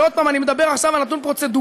ועוד פעם, אני מדבר עכשיו על נתון פרוצדורלי.